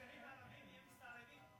הערבים נהיו מסתערבים.